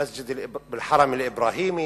באל-חרם אל-אברהימי,